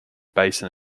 basin